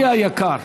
ידידי היקר,